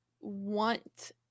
want